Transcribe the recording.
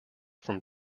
from